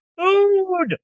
food